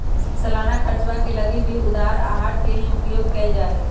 सालाना खर्चवा के लगी भी उधार आहर के ही उपयोग कइल जाहई